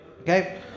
Okay